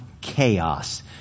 chaos